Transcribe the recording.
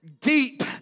Deep